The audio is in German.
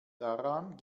daran